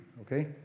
okay